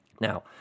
Now